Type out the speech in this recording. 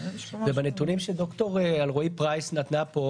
ובנתונים שד"ר אלרעי-פרייס נתנה פה,